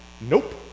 Nope